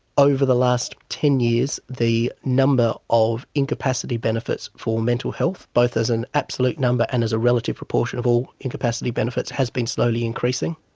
over the last ten years the number of incapacity benefits for mental health, both as an absolute number and as a relative proportion of all incapacity benefits, has been slowly increasing.